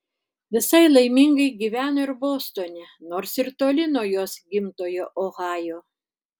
visai laimingai gyveno ir bostone nors ir toli nuo jos gimtojo ohajo